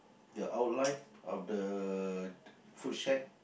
the outline of the food shack